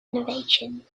innovation